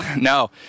No